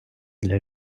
для